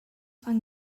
fan